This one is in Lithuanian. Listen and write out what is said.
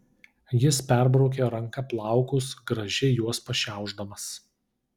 jis perbraukė ranka plaukus gražiai juos pašiaušdamas